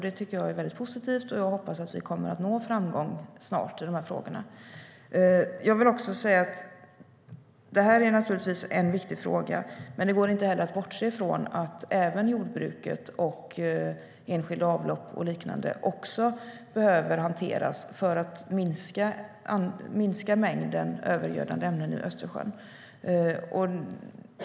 Det tycker jag är väldigt positivt, och jag hoppas att vi snart kommer att nå framgång i de här frågorna. Det här är naturligtvis en viktig fråga, men det går inte att bortse från att man behöver hantera även jordbruket, enskilda avlopp och liknande för att minska mängden övergödande ämnen i Östersjön.